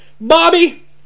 Bobby